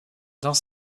dans